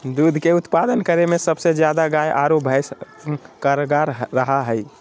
दूध के उत्पादन करे में सबसे ज्यादा गाय आरो भैंस कारगार रहा हइ